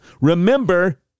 Remember